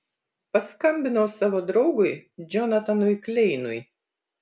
paskambinau savo draugui džonatanui kleinui